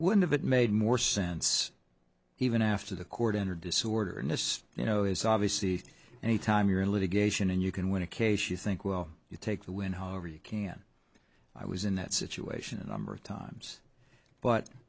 it made more sense even after the court entered disorder and as you know it's obviously any time you're in litigation and you can win a case you think well you take the win however you can i was in that situation a number of times but